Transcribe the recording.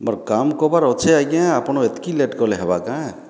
ମୋର୍ କାମ୍ କବାର୍ ଅଛେ ଆଜ୍ଞା ଆପଣ ଏତ୍କି ଲେଟ୍ କଲେ ହେବାକାଁ